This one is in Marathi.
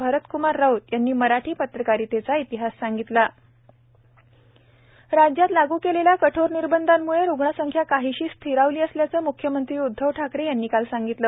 भारतक्मार राऊत यांनी मराठी पत्रकारितेचा इतिहास सांगितला म्ख्यमंत्री राज्यात लागू केलेल्या कठोर निर्बंधांमुळे रुग्णसंख्या काहीशी स्थिरावली असल्याचं मुख्यमंत्री उदधव ठाकरे यांनी काल सांगितलं